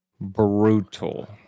Brutal